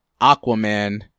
Aquaman